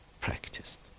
practiced